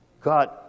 God